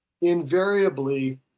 invariably